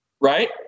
right